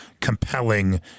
compelling